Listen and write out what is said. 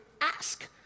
ask